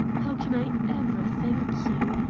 how can i ever thank you?